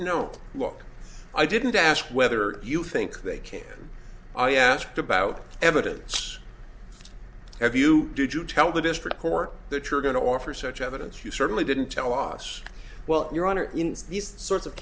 look i didn't ask whether you think they can i asked about evidence have you did you tell the district court that you're going to offer such evidence you certainly didn't tell us well your honor in these sorts of